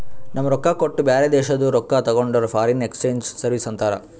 ನಮ್ ರೊಕ್ಕಾ ಕೊಟ್ಟು ಬ್ಯಾರೆ ದೇಶಾದು ರೊಕ್ಕಾ ತಗೊಂಡುರ್ ಫಾರಿನ್ ಎಕ್ಸ್ಚೇಂಜ್ ಸರ್ವೀಸ್ ಅಂತಾರ್